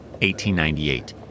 1898